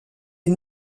est